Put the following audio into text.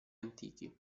antichi